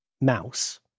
mouse